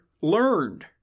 learned